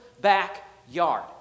backyard